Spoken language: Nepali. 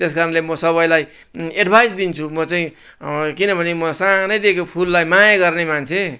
त्यसकारणले म सबैलाई एड्भाइस दिन्छु म चाहिँ किनभने म सानैदेखि फुललाई माया गर्ने मान्छे